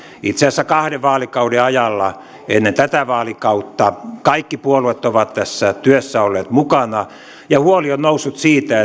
itse asiassa kahden vaalikauden ajalla ennen tätä vaalikautta kaikki puolueet ovat tässä työssä olleet mukana ja huoli on noussut siitä